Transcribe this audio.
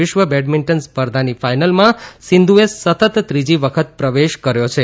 વિશ્વ બેડમિન્ટન સ્પર્ધાની ફાઈનલમાં સિંધુએ સતત ત્રીજી વખત પ્રવેશ કર્યો છે